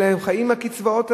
אלא הם חיים על הקצבאות האלה.